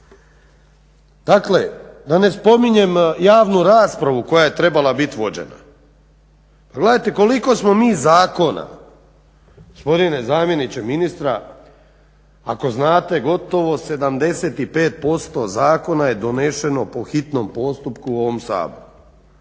Dakle, da ne spominjem javnu raspravu koja je trebala biti vođena. Pa gledajte koliko smo mi zakona gospodine zamjeniče ministra, ako znate gotovo 75% zakona je donešeno po hitnom postupku u ovom Saboru.